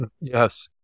Yes